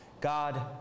God